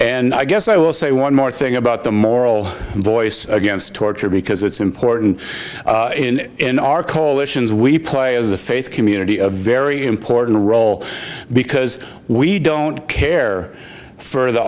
and i guess i will say one more thing about the moral voice against torture because it's important in our coalitions we play as a faith community a very important role because we don't care for the